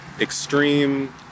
extreme